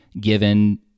given